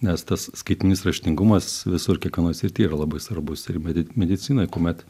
nes tas skaitmenis raštingumas visur kiekvienoj srity yra labai svarbus ir medit medicinoj kuomet